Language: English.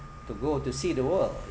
to go to see the world